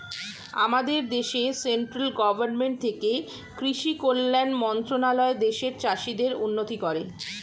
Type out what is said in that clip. আমাদের দেশে central government থেকে কৃষি কল্যাণ মন্ত্রণালয় দেশের চাষীদের উন্নতি করে